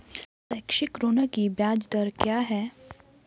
शैक्षिक ऋण की ब्याज दर क्या है?